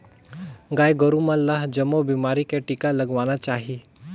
गाय गोरु मन ल जमो बेमारी के टिका लगवाना चाही